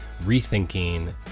rethinking